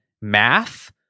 math